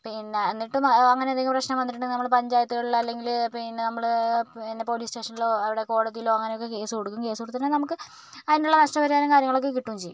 പിന്നെ എന്നിട്ടും അങ്ങനെ എന്തെങ്കിലും പ്രശ്നം വന്നിട്ടുണ്ടെങ്കിൽ നമ്മൾ പഞ്ചായത്തുകളിൽ അല്ലെങ്കിൽ പിന്നെ നമ്മൾ പിന്നെ പോലീസ് സ്റ്റേഷനിലോ അവിടെ കോടതിയിലോ അങ്ങനെയൊക്കെ കേസുകൊടുക്കും കേസ് കൊടുത്തിട്ടുണ്ടെങ്കിൽ നമുക്ക് അതിനുള്ള നഷ്ടപരിഹാരം കാര്യങ്ങളൊക്കെ കിട്ടുകയും ചെയ്യും